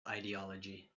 ideology